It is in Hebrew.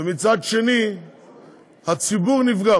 ומצד שני הציבור נפגע.